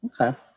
okay